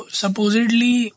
supposedly